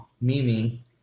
Mimi